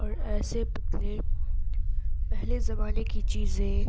اور ایسے پتلے پہلے زمانے کی چیزیں